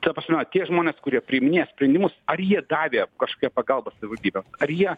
ta prasme tie žmonės kurie priiminėja sprendimus ar jie davė kažkokią pagalbą savivaldybėms ar jie